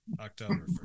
October